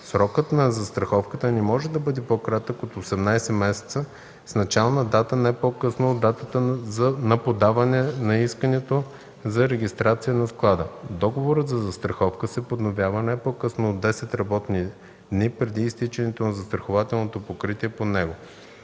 Срокът на застраховката не може да бъде по-кратък от 18 месеца с начална дата не по-късно от датата на подаване на искането за регистрация на склада. Договорът за застраховка се подновява не по-късно от 10 работни дни преди изтичането на застрахователното покритие по него.